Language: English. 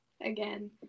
again